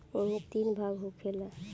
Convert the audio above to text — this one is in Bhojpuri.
ऐइमे तीन भाग होखेला